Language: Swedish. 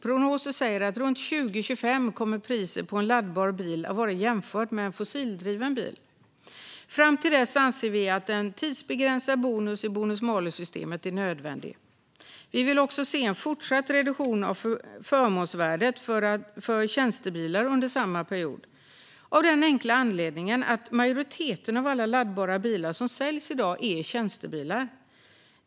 Prognoser säger att runt 2025 kommer priset på en laddbar bil att vara jämförbart med det på en fossildriven bil. Fram till dess anser vi att en tidsbegränsad bonus i bonus-malus-systemet är nödvändig. Vi vill också se en fortsatt reduktion av förmånsvärdet för tjänstebilar under samma period, av den enkla anledningen att majoriteten av alla laddbara bilar som säljs i dag är tjänstebilar.